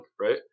right